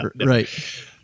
Right